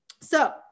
So-